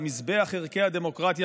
על מזבח ערכי הדמוקרטיה,